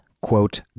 quote